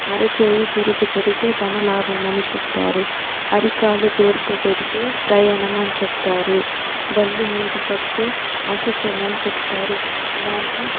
అరచేయి దురద పెడితే ధన లాభమని చెప్తారు అరికాలు దురద పెడితే ప్రయాణం అని చెప్తారు బల్లి మీద పడితే అశుభమని చెప్తారు ఇలాంటి